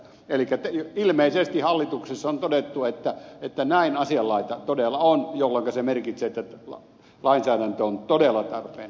elikkä ilmeisesti hallituksessa on todettu että näin asianlaita todella on jolloinka se merkitsee että lainsäädäntö on todella tarpeen